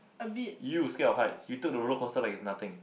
a bit